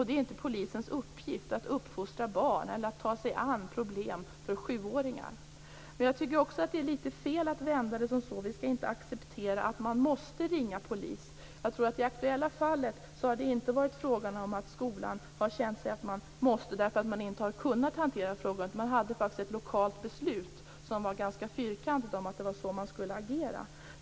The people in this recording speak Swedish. Det är inte polisens uppgift att uppfostra barn eller att ta sig an problem för sjuåringar. Men jag tycker också att det är litet fel att vända det till att säga: Vi skall inte acceptera att man måste ringa polis. I det aktuella fallet tror jag inte att det var så skolan kände att man måste för att man inte kunde hantera frågan. Man hade faktiskt ett lokalt beslut, som var ganska fyrkantigt, om att det var så man skulle agera.